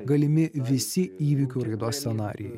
gali visi įvykių raidos scenarijai